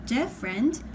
Different